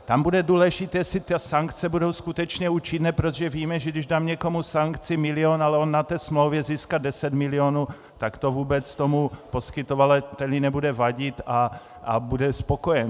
Tam bude důležité, jestli ty sankce budou skutečně účinné, protože víme, že když dám někomu sankci milion, ale on na té smlouvě získá deset milionů, tak to vůbec tomu poskytovateli nebude vadit a bude spokojen.